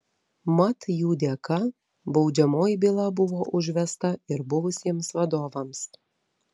mat jų dėka baudžiamoji byla buvo užvesta ir buvusiems vadovams